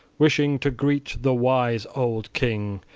wishing to greet the wise old king,